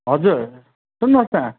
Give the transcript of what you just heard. हजुर सुन्नुहोस् न